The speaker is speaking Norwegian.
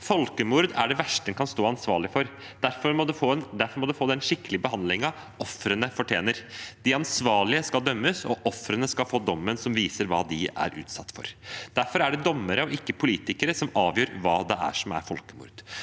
Folkemord er det verste en kan stå ansvarlig for, og derfor må det få den skikkelige behandlingen ofrene fortjener. De ansvarlige skal dømmes, og ofrene skal få dommen som viser hva de er utsatt for. Derfor er det dommere og ikke politikere som avgjør hva som er folkemord.